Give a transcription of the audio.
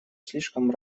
слишком